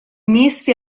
misti